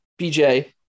BJ